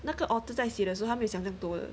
那个 author 在写的时候他没想那么多的